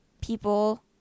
people